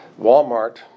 Walmart